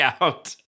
out